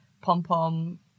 pom-pom